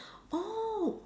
oh